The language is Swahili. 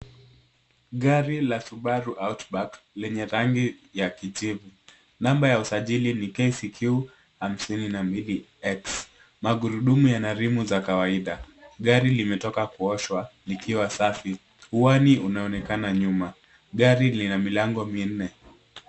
Gari la Subaru Hatchback lenye rangi ya kijivu. Namba ya usajili ni KCQ 52X.Magurudumu yana rimu za kawaida. Gari limetokwa kuoshwa likiwa safi. Uwani unaonekana nyuma. Gari lina milango minne.